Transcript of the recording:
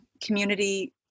community